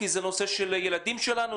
כי זה נוגע לילדים שלנו,